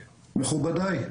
מכובדיי,